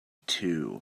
two